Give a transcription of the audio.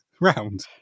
round